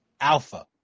Alpha